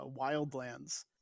Wildlands